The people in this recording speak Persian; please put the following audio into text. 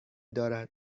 دارد